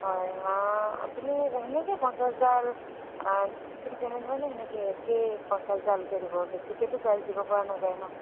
হয় আপুনি তেনেকৈ পঞ্চাছডাল ঠিক তেনেধৰণে তেনেকৈ একে পঞ্চাছডালকৈ দিব বেছিকেতো প্ৰাইজ দিব পৰা নাযায় ন